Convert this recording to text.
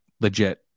legit